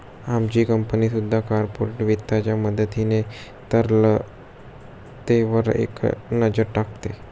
आमची कंपनी सुद्धा कॉर्पोरेट वित्ताच्या मदतीने तरलतेवर एक नजर टाकते